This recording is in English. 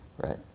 Right